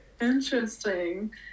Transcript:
Interesting